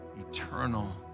eternal